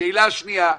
שאלה שנייה,